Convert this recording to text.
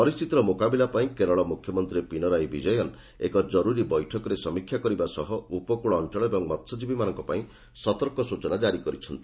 ପରିସ୍ଥିତିର ମୁକାବିଲା ପାଇଁ କେରଳ ମୁଖ୍ୟମନ୍ତ୍ରୀ ପିନରାଇ ବିଜୟନ ଏକ ଜରୁରୀ ବୈଠକରେ ସମୀକ୍ଷା କରିବା ସହ ଉପକୃଳ ଅଞ୍ଚଳ ଏବଂ ମହ୍ୟଜୀବୀମାନଙ୍କ ପାଇଁ ସତର୍କ ସ୍ତଚନା ଜାରି କରିଛନ୍ତି